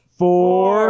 four